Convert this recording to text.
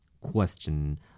Question